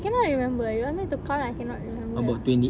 cannot remember ah you want me to count I cannot remember lah